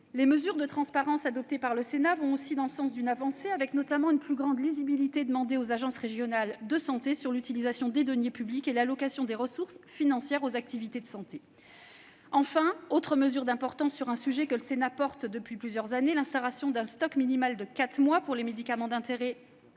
Les mesures de transparence adoptées par le Sénat vont aussi dans le sens d'une avancée, avec notamment une plus grande lisibilité demandée aux agences régionales de santé (ARS) sur l'utilisation des deniers publics et l'allocation des ressources financières aux activités de santé. Enfin, je souligne une autre mesure d'importance sur un sujet que le Sénat porte depuis plusieurs années : l'instauration d'un stock minimal de quatre mois pour les médicaments d'intérêt